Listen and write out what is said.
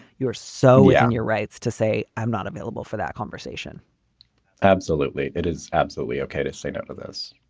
you're so on your rights to say i'm not available for that conversation absolutely. it is absolutely ok to say no to this.